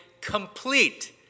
complete